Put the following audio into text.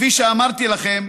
כפי שאמרתי לכם,